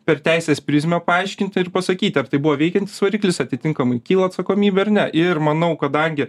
per teisės prizmę paaiškinti ir pasakyti ar tai buvo veikiantis variklis atitinkamai kyla atsakomybė ar ne ir manau kadangi